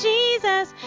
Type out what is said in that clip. Jesus